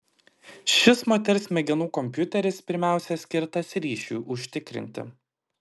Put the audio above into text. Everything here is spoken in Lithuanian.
šis moters smegenų kompiuteris pirmiausia skirtas ryšiui užtikrinti